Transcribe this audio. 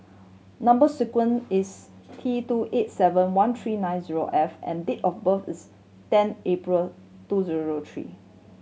number sequence is T two eight seven one three nine zero F and date of birth is ten April two zero zero three